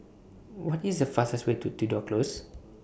What IS The fastest Way to Tudor Close